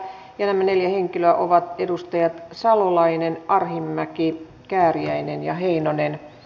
nämä neljä henkilöä ovat edustajat salolainen arhinmäki kääriäinen ja heinonen